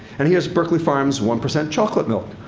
and here's berkeley farms one percent chocolate milk.